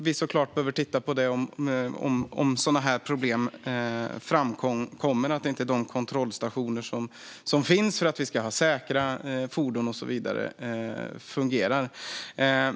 Vi behöver titta på detta om det framkommer att de kontrollstationer som finns för att vi ska ha säkra fordon och så vidare inte fungerar.